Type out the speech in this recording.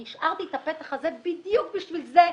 אני השארתי את הפתח הזה בדיוק בשביל זה,